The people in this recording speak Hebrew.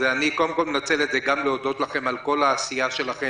אני קודם כול מנצל את זה גם להודות לכם על כל העשייה שלכם